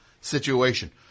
situation